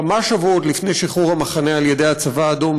כמה שבועות לפני שחרור המחנה על-ידי הצבא האדום,